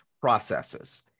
processes